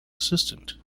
assistant